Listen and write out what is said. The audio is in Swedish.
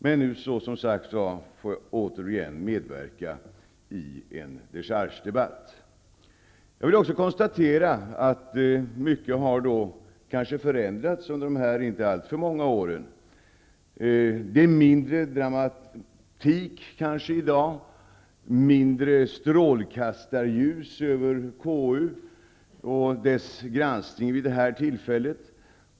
Men nu, som sagt, får jag återigen medverka i en dechargedebatt. Vidare konstaterar jag att det nog är mycket som har förändrats under de här inte alltför många åren. Det är kanske mindre dramatik i dag, mindre av strålkastarljus över KU och dess granskning vid ett sådant här tillfälle.